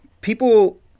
people